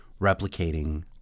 replicating